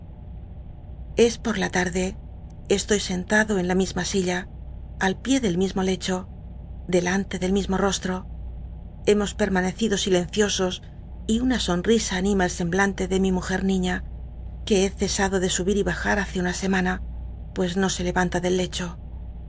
es por la larde estoy sentado en la misma silla al pié del mismo lecho delante del mismo j'oslr'o hemos permanecido silenciosos y una sonrisa anima el semblante de mi mujer niña que he cesado de subir y bajar hace una semana pues no se leranla del lecho